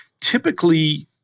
typically